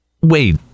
Wait